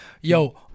Yo